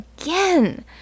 Again